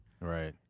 Right